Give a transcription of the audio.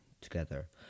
together